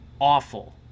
awful